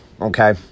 okay